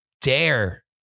dare